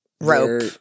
Rope